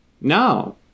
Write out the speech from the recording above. No